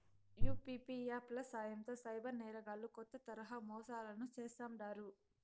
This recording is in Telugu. యూ.పీ.పీ యాప్ ల సాయంతో సైబర్ నేరగాల్లు కొత్త తరహా మోసాలను చేస్తాండారు